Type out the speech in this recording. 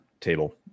table